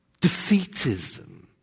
defeatism